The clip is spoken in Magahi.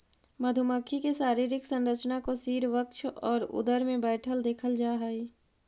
मधुमक्खी के शारीरिक संरचना को सिर वक्ष और उदर में बैठकर देखल जा हई